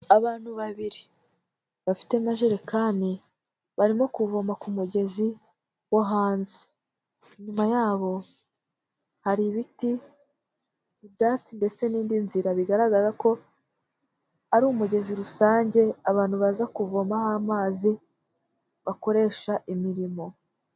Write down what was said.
Abantu babiri bafite amajerekani, barimo kuvoma ku kumugezi wo hanze, inyuma yabo hari ibiti, ibyatsi ndetse n'indi nzira, bigaragara ko ari umugezi rusange, abantu baza kuvomaho amazi bakoresha imirimo,